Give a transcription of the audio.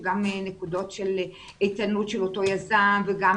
גם נקודות של איתנות של אותו יזם וגם